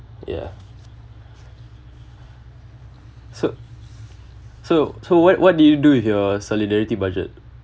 ya so so so what what did you do with your solidarity budget